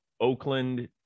Oakland